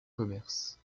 commerces